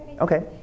Okay